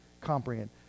comprehend